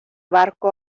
barco